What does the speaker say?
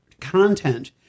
content